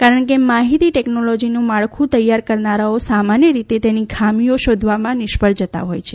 કારણ કે માહિતી ટેકનોલોજીનું માળખું તૈયાર કરનારાઓ સામાન્ય રીતે તેની ખામીઓ શોધવામાં નિષ્ફળ જતા હોય છે